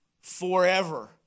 forever